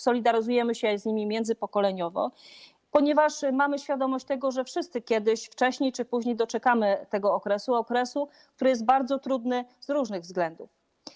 Solidaryzujemy się z nimi międzypokoleniowo, ponieważ mamy świadomość tego, że wszyscy kiedyś, wcześniej czy później, doczekamy tego okresu - okresu, który jest bardzo trudny z różnych względów.